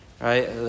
right